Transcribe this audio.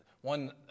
one